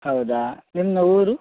ಹೌದಾ ನಿನ್ನ ಊರು